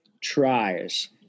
tries